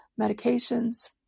medications